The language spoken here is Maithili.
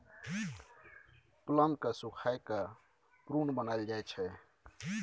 प्लम केँ सुखाए कए प्रुन बनाएल जाइ छै